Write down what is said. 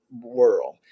world